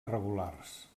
regulars